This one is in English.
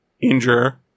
injure